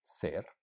SER